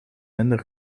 minder